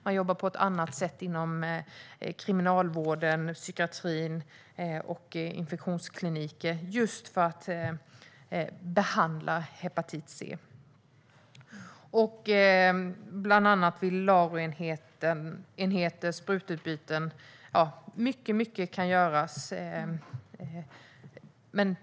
Man jobbar på ett annat sätt inom kriminalvården, psykiatrin och infektionskliniker för att behandla hepatit C vid bland annat LARO-enheter och sprututbyten. Mycket kan göras.